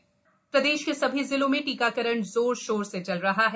टीकाकरण प्रदेश के सभी जिलों में टीकाकरण जोर शोर से चल रहा है